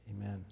Amen